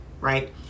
right